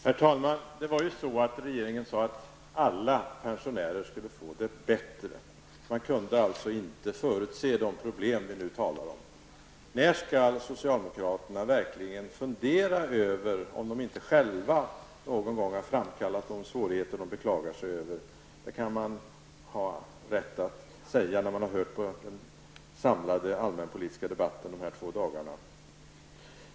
Herr talman! Regeringen sade ju att alla pensionärer skulle få det bättre. Man kunde alltså inte förutse de problem vi nu talar om. När skall socialdemokraterna verkligen fundera över om de inte själva någon gång har framkallat de svårigheter de beklagar sig över. Det kan man ha rätt att säga, när man har hört på den samlade allmänpolitiska debatten de här två dagarna.